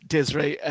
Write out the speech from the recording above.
Desiree